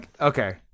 okay